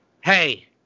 hey